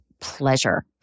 pleasure